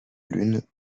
lune